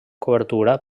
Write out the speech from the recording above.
cobertura